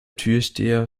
türsteher